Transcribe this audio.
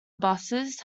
buses